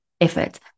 effort